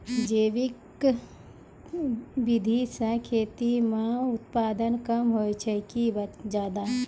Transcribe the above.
जैविक विधि से खेती म उत्पादन कम होय छै कि ज्यादा?